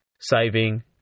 saving